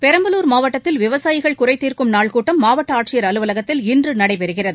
பெரம்பலூர் மாவட்டத்தில் விவசாயிகள் குறைத்தீர்க்கும் நாள் கூட்டம் மாவட்ட ஆட்சியர் அலுவலகத்தில் இன்று நடைபெறுகிறது